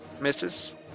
Misses